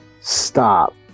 Stop